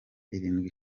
irindwi